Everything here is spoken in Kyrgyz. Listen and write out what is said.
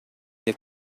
деп